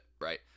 right